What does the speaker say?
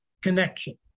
connection